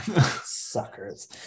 Suckers